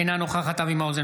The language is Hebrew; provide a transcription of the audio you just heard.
אינה נוכחת אבי מעוז,